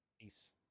Peace